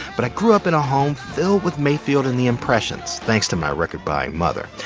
but i grew up in a home filled with mayfield and the impressions, thanks to my record-buying mother.